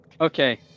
Okay